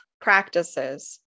practices